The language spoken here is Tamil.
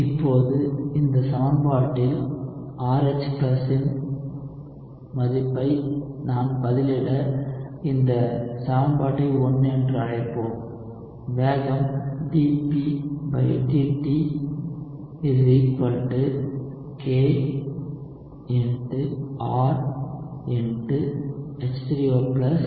இப்போது இந்த சமன்பாட்டில் RH இன் மதிப்பை நான் பதிலிட இந்த சமன்பாட்டை 1 என்று அழைப்போம் வேகம் dPdt kRH3OKaRH க்கு சமம்